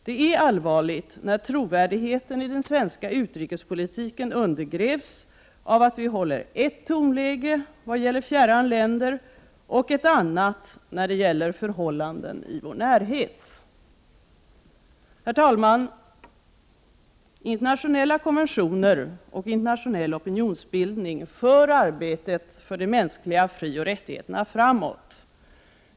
Det är allvarligt när trovärdigheten i den svenska utrikespolitiken undergrävs av att vi håller ett tonläge vad gäller fjärran länder och ett annat när det gäller förhållanden i vår närhet. Herr talman! Internationella konventioner och internationell opinionsbildning för arbetet för de mänskliga frioch rättigheterna framåt.